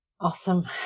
awesome